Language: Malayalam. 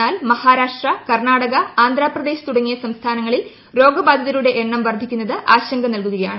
എന്നാൽ മഹാ്രാഷ്ട്ര കർണാടക ആന്ധ്രപ്രദേശ് തുടങ്ങിയ സംസ്ഥാനങ്ങളിൽ ്രോഗബാധിതരുടെ എണ്ണം വർധിക്കുന്നത് ആശങ്ക നൽകുകയാണ്